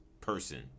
person